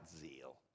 zeal